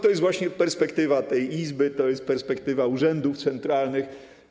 To jest właśnie perspektywa tej Izby, to jest perspektywa urzędów centralnych.